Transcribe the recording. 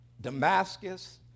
Damascus